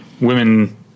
women